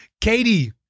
Katie